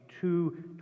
two